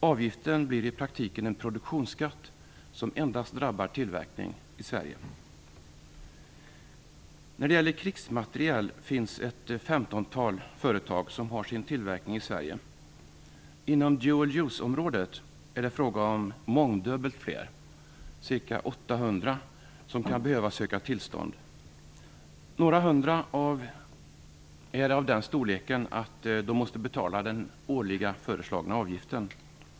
Avgiften blir i praktiken en produktionsskatt, som endast drabbar tillverkning i Sverige. När det gäller krigsmateriel finns ett femtontal företag som har sin tillverkning i Sverige. Inom dual use-området är det fråga om mångdubbelt fler, ca 800, som kan behöva söka tillstånd. Några hundra är av den storleken att de måste betala den föreslagna årliga avgiften.